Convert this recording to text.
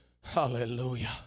Hallelujah